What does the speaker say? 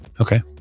Okay